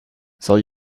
zal